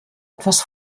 etwas